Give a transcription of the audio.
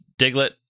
Diglett